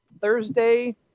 Thursday